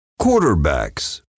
quarterbacks